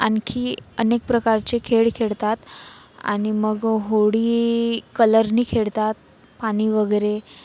आणखी अनेक प्रकारचे खेळ खेळतात आणि मग होळी कलरनी खेळतात पाणी वगैरे